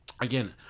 again